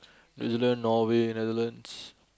New-Zealand Norway Netherlands